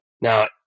Now